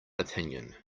opinion